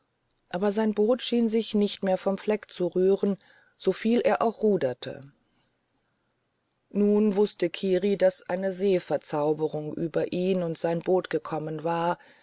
aber sein boot schien sich nicht mehr vom fleck zu rühren soviel er auch ruderte nun wußte kiri daß eine der seeverzauberungen über ihn und sein boot gekommen war